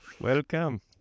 Welcome